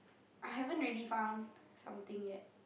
I haven't really found something yet